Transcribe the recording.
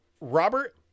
Robert